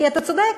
כי אתה צודק,